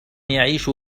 يعيش